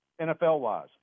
NFL-wise